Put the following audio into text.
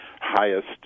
highest